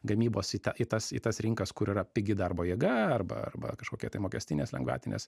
gamybos į į tas į tas rinkas kur yra pigi darbo jėga arba arba kažkokie tai mokestinės lengvatinės